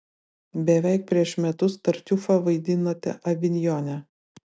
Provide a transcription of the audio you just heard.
beveik prieš metus tartiufą vaidinote avinjone